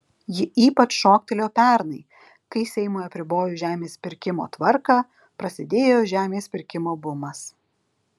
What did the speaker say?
ji ypač šoktelėjo pernai kai seimui apribojus žemės pirkimo tvarką prasidėjo žemės pirkimo bumas